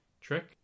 trick